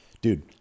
dude